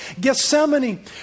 Gethsemane